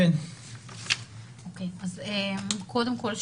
קודם כול,